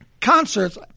concerts